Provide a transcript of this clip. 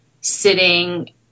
sitting